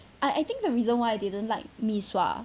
I I think the reason why I didn't like mee sua